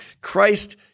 Christ